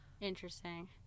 Interesting